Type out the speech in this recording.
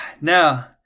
Now